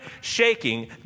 shaking